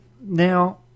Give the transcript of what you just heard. Now